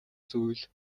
зүйл